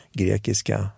grekiska